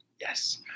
Yes